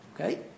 okay